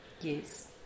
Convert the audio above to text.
Yes